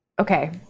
okay